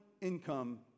income